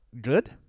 good